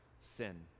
sin